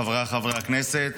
חבריי חברי הכנסת,